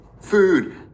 Food